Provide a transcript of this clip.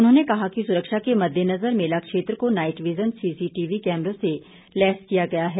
उन्होंने कहा कि सुरक्षा के मददेनजर मेला क्षेत्र को नाईट वीजन सीसीटीवी कैमरों से लैस किया गया है